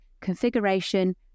configuration